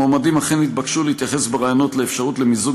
המועמדים אכן נתבקשו להתייחס בראיונות לאפשרות המיזוג